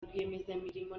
rwiyemezamirimo